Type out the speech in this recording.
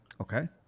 Okay